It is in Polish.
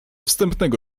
wstępnego